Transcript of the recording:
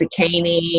zucchini